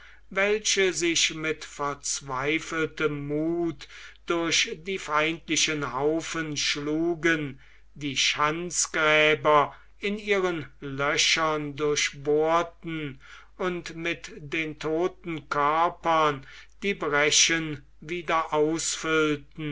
welche sich mit verzweifeltem muth durch die feindlichen haufen schlugen die schanzgräber in ihren löchern durchbohrten und mit den todten körpern die breschen wieder ausfüllten